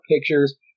pictures